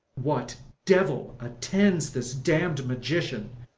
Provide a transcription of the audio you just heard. what devil attends this damn'd magician,